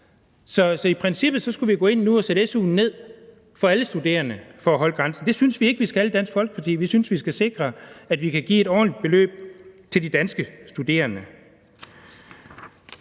Så i princippet skulle vi gå ind nu og sætte su'en ned for alle studerende for at holde grænsen. Det synes vi ikke vi skal i Dansk Folkeparti; vi synes, vi skal sikre, at vi kan give et ordentligt beløb til de danske studerende.